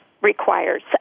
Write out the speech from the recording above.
requires